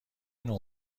نوع